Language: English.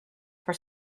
for